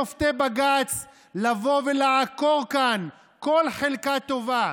שופטי בג"ץ, לבוא ולעקור כאן כל חלקה טובה?